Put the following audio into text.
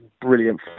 brilliant